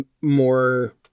more